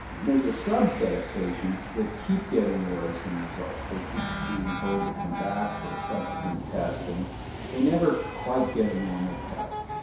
and there is a subset of patients that keep getting worrisome results, they keep being told to come back for subsequent testing. and they never quite get a normal test.